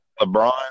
LeBron